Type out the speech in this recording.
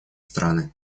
страны